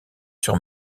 sur